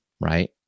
Right